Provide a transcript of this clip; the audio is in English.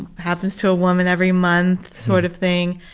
happens to a woman every month sort of thing,